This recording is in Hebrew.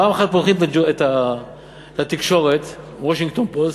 פעם אחת פותחים את התקשורת, "וושינגטון פוסט",